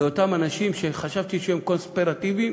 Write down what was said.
לאותם אנשים שחשבתי שהם קונספירטיביים,